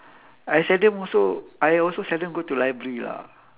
I seldom also I also seldom go to library lah